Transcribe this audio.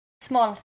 Small